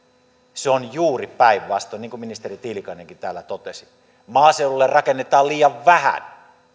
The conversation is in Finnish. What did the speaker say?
se on juuri päinvastoin niin kuin ministeri tiilikainenkin täällä totesi maaseudulle rakennetaan liian vähän